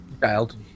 Child